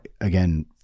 again